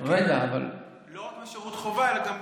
אבל צריך לתקן לא רק בשירות צבאי אלא גם